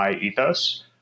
ethos